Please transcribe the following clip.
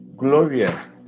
Gloria